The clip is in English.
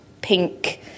pink